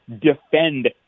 defend